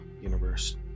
universe